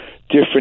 different